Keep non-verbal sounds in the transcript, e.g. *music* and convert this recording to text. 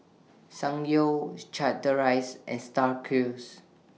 Ssangyong *noise* Chateraise and STAR Cruise